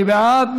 מי בעד?